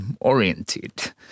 oriented